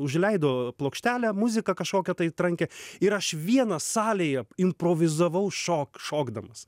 užleido plokštelę muziką kažkokią tai trankią ir aš vienas salėje improvizavau šok šokdamas